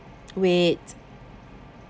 wait